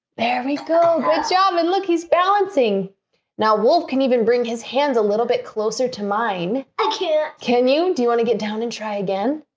there we go good job um and look he's balancing now wolf can even bring his hands a little bit closer to mine i can't can you do you want to get down and try again?